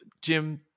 Jim